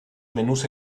menús